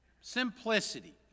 Simplicity